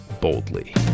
boldly